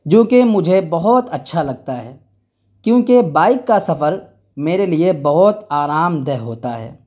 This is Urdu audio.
جو کہ مجھے بہت اچھا لگتا ہے کیوںکہ بائک کا سفر میرے لیے بہت آرام دہ ہوتا ہے